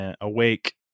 Awake